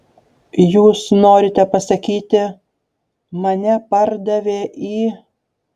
jūs norite pasakyti mane pardavė į